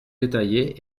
détaillée